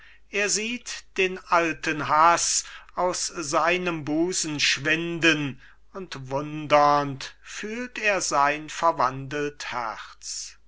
er sieht den alten haß aus seinem busen schwinden und wundernd fühlt er sein verwandtes herz